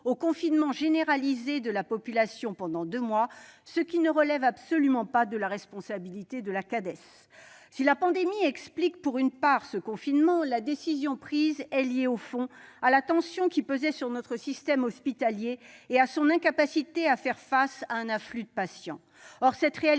au confinement généralisé de la population pendant deux mois, ce qui ne relève absolument pas de la responsabilité de la Cades. Si la pandémie explique pour une part ce confinement, la décision prise s'explique, au fond, par la tension qui pesait sur notre système hospitalier et son incapacité à faire face à l'afflux des patients.